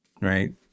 Right